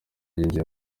yinjiye